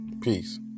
Peace